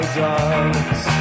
dogs